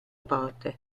porte